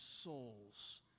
souls